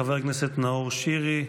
חבר הכנסת נאור שירי,